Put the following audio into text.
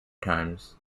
times